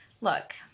Look